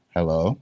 Hello